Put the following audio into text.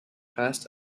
past